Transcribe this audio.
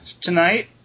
tonight